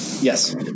yes